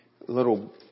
little